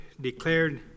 declared